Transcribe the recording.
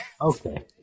Okay